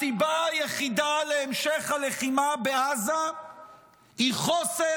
הסיבה היחידה להמשך הלחימה בעזה היא חוסר